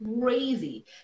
crazy